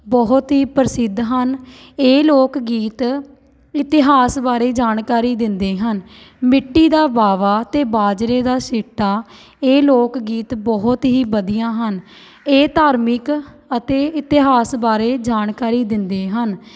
ਬਹੁਤ ਹੀ ਪ੍ਰਸਿੱਧ ਹਨ ਇਹ ਲੋਕ ਗੀਤ ਇਤਿਹਾਸ ਬਾਰੇ ਜਾਣਕਾਰੀ ਦਿੰਦੇ ਹਨ ਮਿੱਟੀ ਦਾ ਬਾਵਾ ਅਤੇ ਬਾਜਰੇ ਦਾ ਸਿੱਟਾ ਇਹ ਲੋਕ ਗੀਤ ਬਹੁਤ ਹੀ ਵਧੀਆ ਹਨ ਇਹ ਧਾਰਮਿਕ ਅਤੇ ਇਤਿਹਾਸ ਬਾਰੇ ਜਾਣਕਾਰੀ ਦਿੰਦੇ ਹਨ